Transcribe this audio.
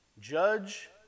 judge